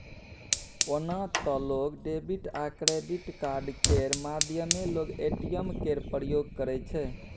ओना तए लोक डेबिट आ क्रेडिट कार्ड केर माध्यमे लोक ए.टी.एम केर प्रयोग करै छै